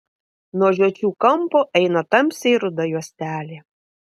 nuo žiočių kampo eina tamsiai ruda juostelė